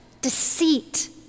deceit